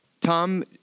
Tom